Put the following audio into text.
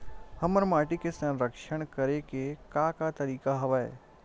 हमर माटी के संरक्षण करेके का का तरीका हवय?